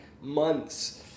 months